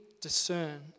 discern